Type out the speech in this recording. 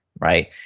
right